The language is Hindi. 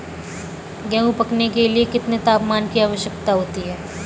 गेहूँ पकने के लिए कितने तापमान की आवश्यकता होती है?